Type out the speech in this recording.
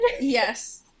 Yes